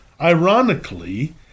Ironically